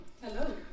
Hello